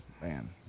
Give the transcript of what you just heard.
Man